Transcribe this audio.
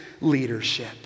leadership